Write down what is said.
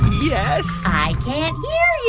yes i can't hear